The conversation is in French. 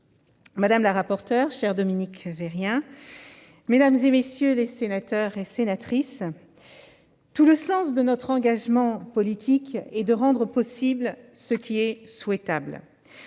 madame la rapporteure- chère Dominique Vérien -, mesdames les sénatrices, messieurs les sénateurs, tout le sens de notre engagement politique est de rendre possible ce qui est souhaitable.